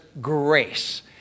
grace